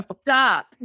Stop